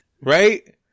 right